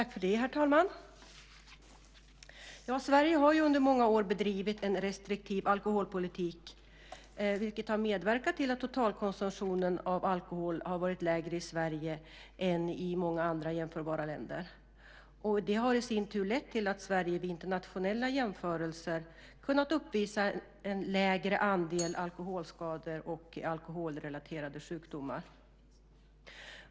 Herr talman! Sverige har under många år bedrivit en restriktiv alkoholpolitik, vilket har medverkat till att totalkonsumtionen av alkohol har varit lägre i Sverige än i många andra jämförbara länder. Det har i sin tur lett till att Sverige vid internationella jämförelser kunnat uppvisa en lägre andel alkoholskador och alkoholrelaterade sjukdomar.